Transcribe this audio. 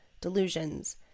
delusions